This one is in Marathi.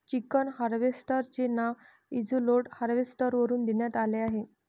चिकन हार्वेस्टर चे नाव इझीलोड हार्वेस्टर वरून देण्यात आले आहे